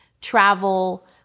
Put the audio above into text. travel